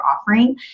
offering